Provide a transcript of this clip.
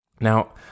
Now